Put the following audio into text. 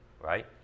Right